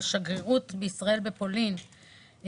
לשגרירות בישראל ופולין,